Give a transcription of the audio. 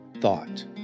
thought